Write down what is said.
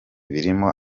birimo